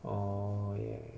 orh ya ya